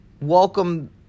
welcome